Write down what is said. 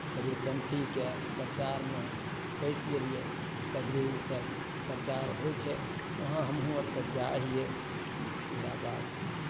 कबीरपन्थीके प्रचारमे पैसि गेलियै सगरे इसभ प्रचार होइ छै ओहाँ हमहूँ आरसभ जाइ हियै तकराबाद